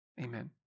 Amen